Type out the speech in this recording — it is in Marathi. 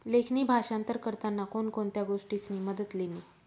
लेखणी भाषांतर करताना कोण कोणत्या गोष्टीसनी मदत लिनी